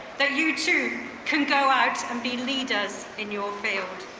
that you too can go out and be leaders in your field.